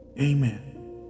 Amen